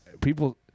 people